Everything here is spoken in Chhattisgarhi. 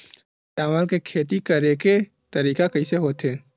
चावल के खेती करेके तरीका कइसे होथे?